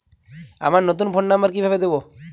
আমার নতুন phone number কিভাবে দিবো?